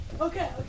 okay